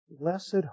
blessed